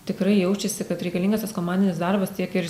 tikrai jaučiasi kad reikalingas tas komandinis darbas tiek ir